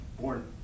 born